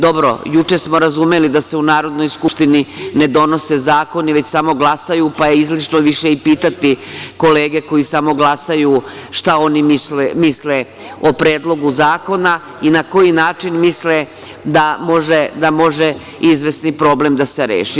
Dobro, juče smo razumeli da se u Narodnoj skupštini ne donose zakoni, već samo glasaju, pa je izlišno više i pitati kolege, koji samo glasaju, šta oni misle o Predlogu zakona i na koji način misle da može izvesni problem da se reši.